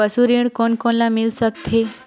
पशु ऋण कोन कोन ल मिल सकथे?